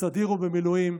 בסדיר ובמילואים.